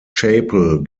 chapel